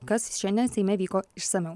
kas šiandien seime vyko išsamiau